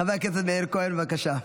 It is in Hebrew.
חבר הכנסת מאיר כהן, בבקשה.